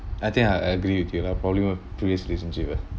I think I agree with you lah probably were previously relationship ah